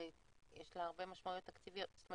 הרי יש לה הרבה משמעויות תקציביות.